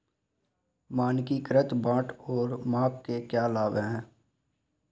मानकीकृत बाट और माप के क्या लाभ हैं?